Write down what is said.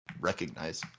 recognize